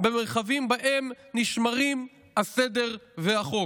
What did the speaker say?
במרחבים שבהם נשמרים הסדר והחוק.